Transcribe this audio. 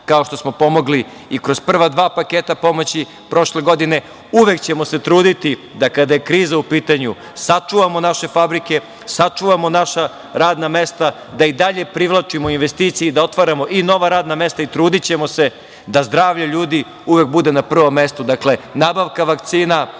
kao što smo pomogli i kroz prva dva paketa pomoći prošle godine, uvek ćemo se truditi da kada je kriza u pitanju sačuvamo naše fabrike, sačuvamo naša radna mesta, da i dalje privlačimo investicije i da otvaramo i nova radna mesta i trudićemo se da zdravlje ljudi uvek bude na prvom mestu – nabavka vakcina,